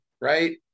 right